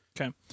Okay